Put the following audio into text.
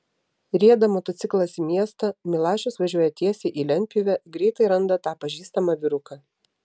rieda motociklas į miestą milašius važiuoja tiesiai į lentpjūvę greitai randa tą pažįstamą vyruką